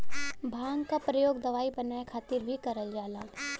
भांग क परयोग दवाई बनाये खातिर भीं करल जाला